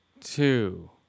Two